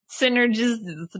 Synergies